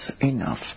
enough